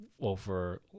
over